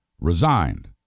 resigned